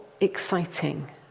Exciting